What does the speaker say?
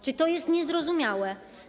Czy to jest niezrozumiałe?